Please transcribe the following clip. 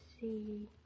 see